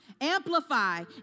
Amplify